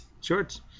shorts